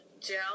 gel